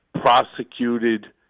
prosecuted